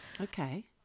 Okay